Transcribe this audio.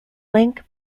link